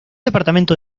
departamento